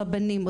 רבנים,